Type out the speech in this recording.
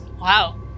Wow